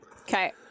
okay